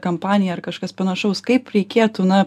kampanija ar kažkas panašaus kaip reikėtų na